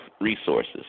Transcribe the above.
resources